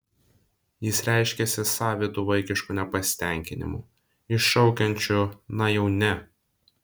jis reiškiasi savitu vaikišku nepasitenkinimu iššaukiančiu na jau ne